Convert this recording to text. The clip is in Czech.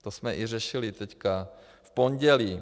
To jsme i řešili teď v pondělí.